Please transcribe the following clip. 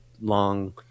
long